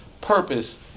purpose